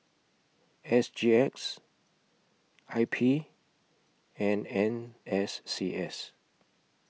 S G X I P and N S C S